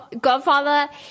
Godfather